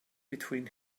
between